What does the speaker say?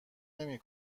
نمی